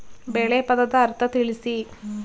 ಬೆಳೆ ಪದದ ಅರ್ಥ ತಿಳಿಸಿ?